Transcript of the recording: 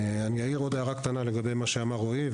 אני אעיר עוד הערה קטנה לגבי מה שאמר רועי,